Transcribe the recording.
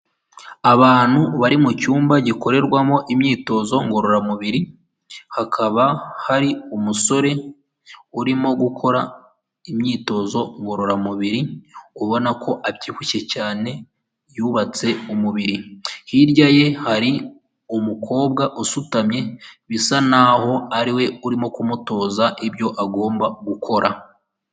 Abantu bari mu cyumba gikorerwamo imyitozo ngororamubiri hakaba hari umusore urimo gukora imyitozo ngororamubiri ubona ko abyibushye cyane yubatse umubiri hirya ye hari umukobwa usutamye bisa naho ariwe urimo kumutoza ibyo agomba gukora .